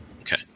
Okay